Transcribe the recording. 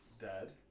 Dad